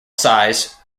size